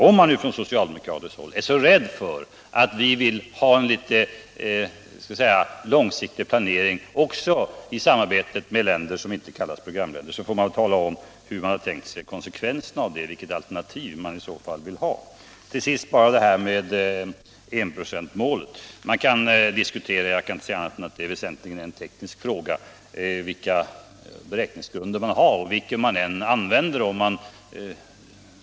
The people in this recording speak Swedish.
Om man nu från socialdemokratiskt håll är så rädd för att vi vill ha en långsiktig planering också i samarbetet med länder som inte kallas för programländer, så får man väl tala om hur man har tänkt sig konsekvenserna av det och vilket alternativ man i så fall vill ha. Till sist bara några ord om enprocentsmålet. Jag kan inte se annat än att det väsentligen är en teknisk fråga vilka beräkningsgrunder man använder sig av.